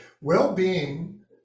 well-being